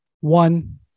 One